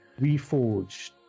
Reforged